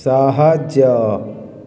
ସାହାଯ୍ୟ